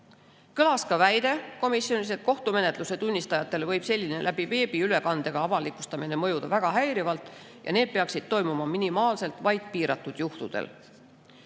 ka väide komisjonis, et kohtumenetluse tunnistajatele võib selline veebiülekandega avalikustamine mõjuda väga häirivalt ja see peaks toimuma minimaalselt, vaid piiratud juhtudel.